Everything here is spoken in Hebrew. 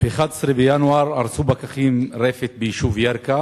ב-11 בינואר הרסו פקחים רפת ביישוב ירכא